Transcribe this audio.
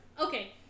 Okay